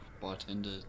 bartender